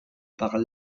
par